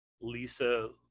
Lisa